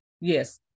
Yes